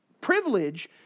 privilege